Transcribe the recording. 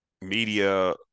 media